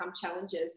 challenges